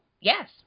Yes